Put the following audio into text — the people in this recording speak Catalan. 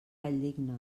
valldigna